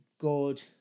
God